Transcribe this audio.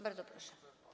Bardzo proszę.